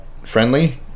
friendly